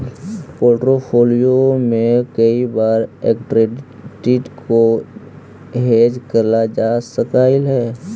portfolio में कई बार एक्विटी को हेज करल जा सकलई हे